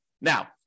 Now